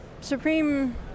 Supreme